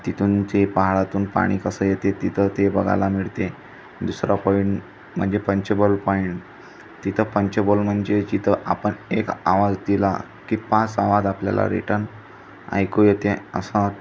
तिथून ते पहाडातून पाणी कसं येते तिथं ते बघायला मिळते दुसरा पॉईंट म्हणजे पंचेबल पॉईंट तिथं पंचेबल म्हणजे जिथं आपण एक आवाज दिला की पाच आवाज आपल्याला रिटर्न ऐकू येते असं